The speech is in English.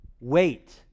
Wait